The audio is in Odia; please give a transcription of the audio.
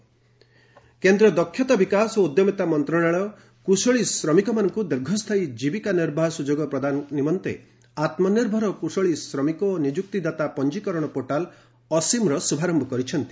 ଆସିମ୍ ପୋର୍ଟାଲ୍ କେନ୍ଦ୍ର ଦକ୍ଷତା ବିକାଶ ଓ ଉଦ୍ୟମିତା ମନ୍ତ୍ରଣାଳୟ କୁଶଳୀ ଶ୍ରମିକମାନଙ୍କୁ ଦୀର୍ଘସ୍ଥାୟୀ ଜୀବିକା ନିର୍ବାହ ସୁଯୋଗ ପ୍ରଦାନ ନିମନ୍ତେ ଆତ୍ମନିର୍ଭର କୁଶଳୀ ଶ୍ରମିକ ଓ ନିଯୁକ୍ତିଦାତା ପଞ୍ଜିକରଣ ପୋର୍ଟାଲ୍ 'ଅସିମ୍'ର ଶୁଭାରମ୍ଭ କରିଛନ୍ତି